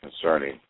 concerning